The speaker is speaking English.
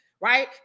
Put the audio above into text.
right